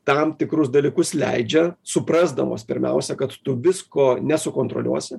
tam tikrus dalykus leidžia suprasdamos pirmiausia kad tu visko nesukontroliuosi